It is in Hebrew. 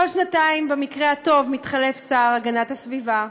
כל שנתיים, במקרה הטוב, מתחלף שר להגנת הסביבה,